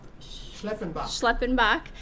Schleppenbach